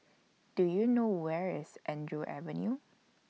Do YOU know Where IS Andrew Avenue